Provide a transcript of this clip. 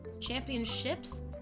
Championships